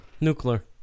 Nuclear